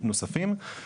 אני מסתכל על מפה ואומר,